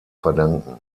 verdanken